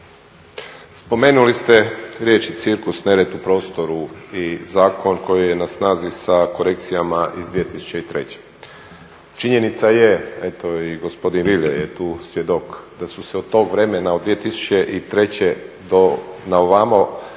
Spomenuli ste riječ cirkus, nered u prostoru i zakon koji je na snazi sa korekcijama iz 2003. Činjenica je eto i gospodin … svjedok da su se od tog vremena od 2003.do na ovamo